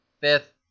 fifth